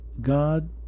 God